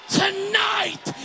tonight